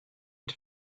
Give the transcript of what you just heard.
und